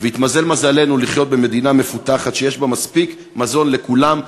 התמזל מזלנו לחיות במדינה מפותחת שיש בה מספיק מזון לכולם,